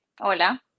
hola